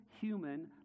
human